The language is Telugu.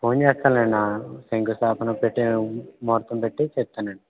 ఫోన్ చేస్తానులేండి శంకుస్థాపన పెట్టిన ముహూర్తం పెట్టి చెప్తానండి